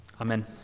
Amen